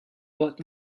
but